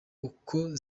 uko